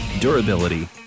durability